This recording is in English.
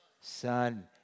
son